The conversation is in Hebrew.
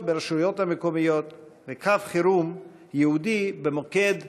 ברשויות המקומיות וקו חירום ייעודי במוקד